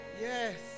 Yes